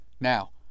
Now